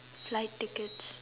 flight tickets